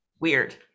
Weird